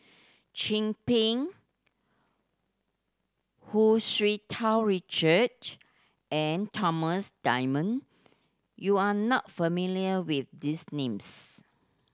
Chin Peng Hu Tsu Tau Richard and Thomas Dunman you are not familiar with these names